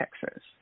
Texas